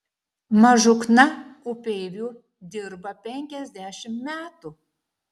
mažukna upeiviu dirba penkiasdešimt metų